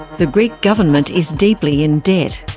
the greek government is deeply in debt.